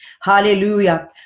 Hallelujah